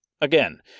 Again